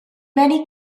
many